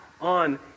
on